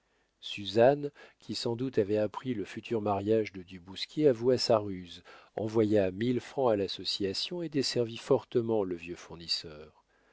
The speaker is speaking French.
suzanne qui sans doute avait appris le futur mariage de du bousquier avoua sa ruse envoya mille francs à l'association et desservit fortement le vieux fournisseur